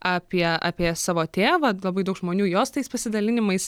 apie apie savo tėvą labai daug žmonių jos tais pasidalinimais